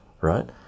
right